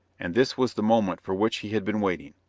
and this was the moment for which he had been waiting.